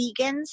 vegans